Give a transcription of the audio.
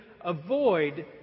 avoid